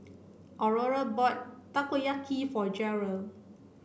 Aurore bought Takoyaki for Gearld